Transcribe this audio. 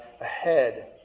ahead